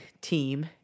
team